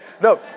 No